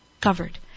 covered